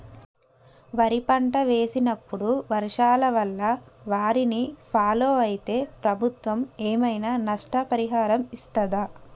వరి పంట వేసినప్పుడు వర్షాల వల్ల వారిని ఫాలో అయితే ప్రభుత్వం ఏమైనా నష్టపరిహారం ఇస్తదా?